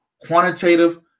quantitative